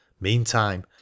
Meantime